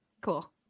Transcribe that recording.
cool